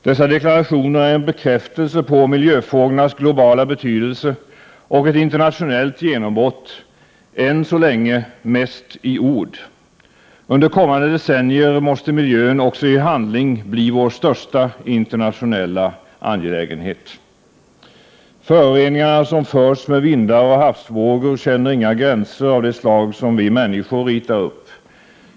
Dessa deklarationer är en bekräftelse på miljöfrågornas globala betydelse och ett internationellt genombrott — än så länge mest i ord. Under kommande decennier måste miljön också i handling bli vår största internationella angelägenhet. Föroreningarna som förs med vindar och havsvågor känner inga gränser av det slag som vi människor ritar upp.